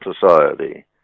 society